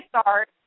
start